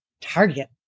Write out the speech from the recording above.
Target